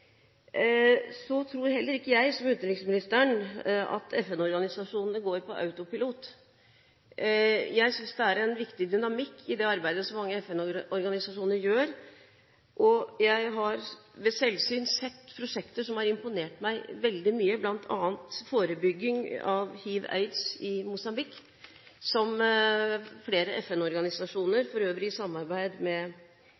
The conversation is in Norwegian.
Så tror heller ikke jeg, som utenriksministeren, at FN-organisasjonene går på autopilot. Jeg synes det er en viktig dynamikk i det arbeidet som mange FN-organisasjoner gjør. Jeg har ved selvsyn sett prosjekter som har imponert meg veldig mye, bl.a. forebygging av hiv/aids i Mosambik, som flere